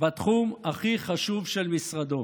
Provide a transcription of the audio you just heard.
בתחום הכי חשוב של המשרד.